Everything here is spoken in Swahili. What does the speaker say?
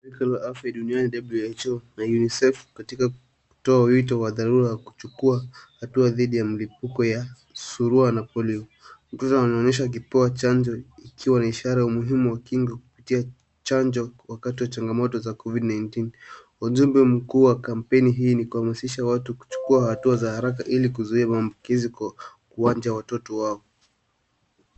Shrika la afya duniani WHO na UNICEF katika kutoa wito wa dharura wa kuchukua hatua dhidi ya mlipuko wa surua na polio. Mtoto anaoneshana akipewa chanjo ikiwa na ishara ya umuhimu wa kupitia chanjo wakati wa changamoto za Covid 19. Ujumbe mkuu wa kampeni hii ni kuhamasisha watu kuchukua hatua za haraka ili kuzuia maambukizi kwa uwanja wa watato wao.